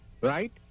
right